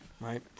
right